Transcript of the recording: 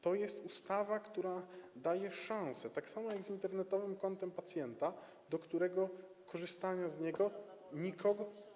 To jest ustawa, która daje szansę, tak samo jak z Internetowym Kontem Pacjenta, do korzystania z którego nikogo.